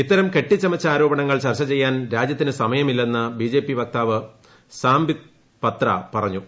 ഇത്തരം കെട്ടിച്ചമച്ച ആരോപണങ്ങൾ ചർച്ച ചെയ്യാൻ രാജ്യത്തിന് സമയമില്ലെന്ന് ബിജെപി വക്താവ് സാംബിത് പത്ര പറഞ്ഞു